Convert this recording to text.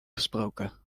gesproken